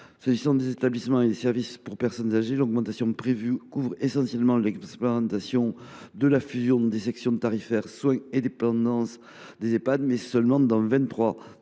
concerne les établissements et services pour personnes âgées, l’augmentation prévue couvre essentiellement l’expérimentation de la fusion des sections tarifaires soins et dépendance des Ehpad, mais seulement dans